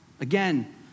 Again